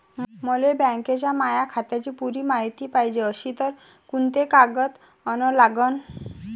मले बँकेच्या माया खात्याची पुरी मायती पायजे अशील तर कुंते कागद अन लागन?